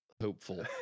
hopeful